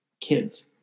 kids